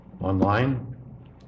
online